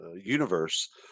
universe